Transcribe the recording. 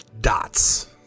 dots